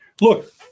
Look